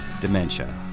dementia